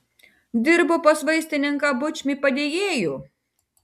dirbo pas vaistininką bučmį padėjėju